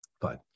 Fine